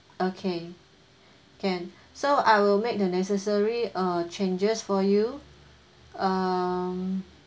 okay can so I will make the necessary uh changes for you um